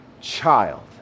child